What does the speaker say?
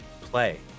play